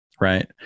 right